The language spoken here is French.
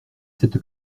cette